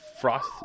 frost